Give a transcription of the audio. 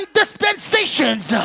dispensations